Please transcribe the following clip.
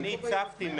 אני הצפתי,